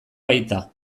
baita